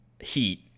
Heat